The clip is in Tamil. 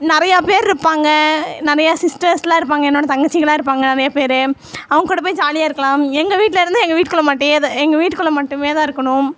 நிறையா பேர் இருப்பாங்க நிறையா சிஸ்டர்ஸ்லாம் இருப்பாங்க என்னோடய தங்கச்சிங்கள்லாம் இருப்பாங்க நிறைய பேரு அவங்கூட போய் ஜாலியாக இருக்கலாம் எங்கள் வீட்டில் இருந்து எங்கள் வீட்டுக்குள்ளே மட்டேதான் எங்கள் வீட்டுக்குள்ளே மட்டுமேதான் இருக்கணும்